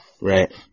Right